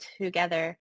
together